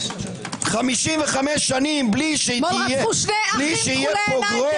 55 שנים בלי- -- אתמול רצחו שני אחים תכולי עיניים.